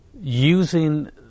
using